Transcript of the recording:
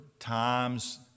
times